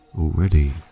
already